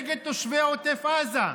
נגד תושבי עוטף עזה,